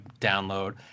download